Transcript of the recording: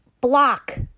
block